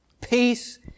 peace